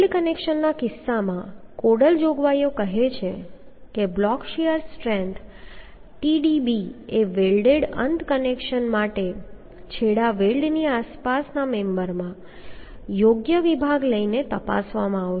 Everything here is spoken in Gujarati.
વેલ્ડ કનેક્શનના કિસ્સામાં કોડલ જોગવાઈઓ કહે છે કે બ્લોક શીયર સ્ટ્રેન્થ Tdb એ વેલ્ડેડ અંત કનેક્શન માટે છેડા વેલ્ડની આસપાસના મેમ્બરમાં યોગ્ય વિભાગ લઈને તપાસવામાં આવશે